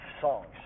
songs